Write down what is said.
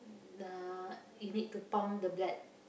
uh you need to pump the blood